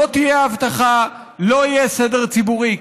לא תהיה אבטחה, לא יהיה סדר ציבורי.